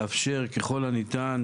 היא לאפשר ככול הניתן